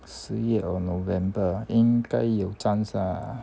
十月 or november 应该有 chance lah